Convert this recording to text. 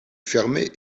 fermée